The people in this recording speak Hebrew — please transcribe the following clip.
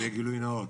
שיהיה גילוי נאות.